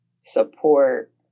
support